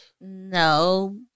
No